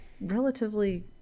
relatively